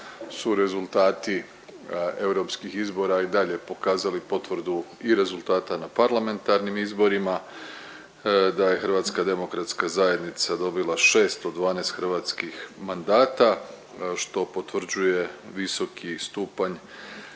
su rezultati europskih izbora i dalje pokazali potvrdu i rezultata na parlamentarnim izborima, da je HDZ dobila 6 od 12 hrvatskih mandata, što potvrđuje visoki stupanj